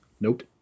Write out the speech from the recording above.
Nope